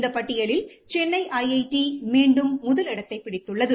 இந்த பட்டியலில் Chennai I T மீண்டும் முதலிடத்தை பிடித்துள்ளது